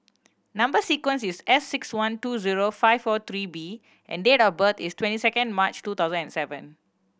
number sequence is S six one two zero five four three B and date of birth is twenty second March two thousand and seven